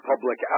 public